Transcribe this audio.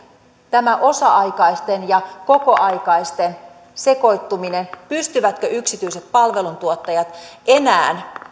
tämä osa aikaisten ja kokoaikaisten sekoittuminen pystyvätkö yksityiset palveluntuottajat enää